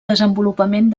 desenvolupament